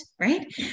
right